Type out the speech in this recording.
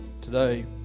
today